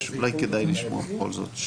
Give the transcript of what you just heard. אולי כדאי לשמוע בכל זאת,